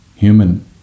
human